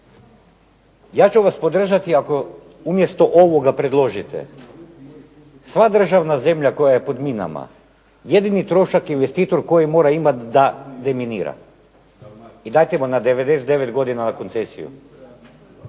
Ja ću vas podržati ako umjesto ovoga predložite sva državna zemlja koja je pod minama, jedini trošak investitor koji mora imat da deminira. I dajte mu na 99 godina koncesiju.